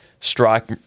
strike